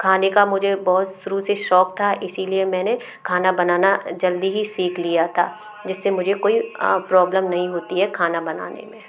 खाने का मुझे बहुत शुरू से शौक़ था इसी लिए मैंने खाना बनाना जल्दी ही सीख लिया था जिससे मुझे कोई प्रॉब्लम नहीं होती है खाना बनाने में